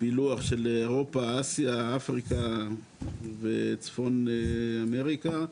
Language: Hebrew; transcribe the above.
פילוח של אירופה אסיה אפריקה וצפון אמריקה.